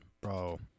Bro